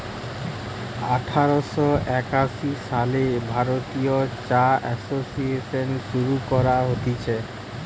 আঠার শ একাশি সালে ভারতীয় চা এসোসিয়েসন শুরু করা হতিছে